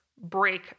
break